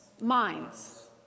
minds